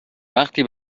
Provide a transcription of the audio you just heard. وقتی